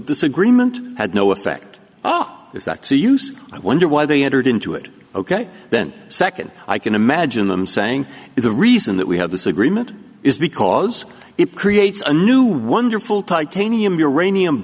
this agreement had no effect ah is that so use i wonder why they entered into it ok then second i can imagine them saying the reason that we have this agreement is because it creates a new wonderful titanium uranium